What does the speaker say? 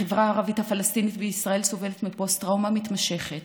החברה הערבית הפלסטינית בישראל סובלת מפוסט-טראומה מתמשכת,